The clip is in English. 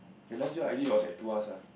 the last job I did was at tuas ah